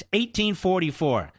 1844